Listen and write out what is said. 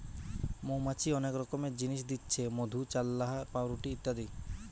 মৌমাছি অনেক রকমের জিনিস দিচ্ছে মধু, চাল্লাহ, পাউরুটি ইত্যাদি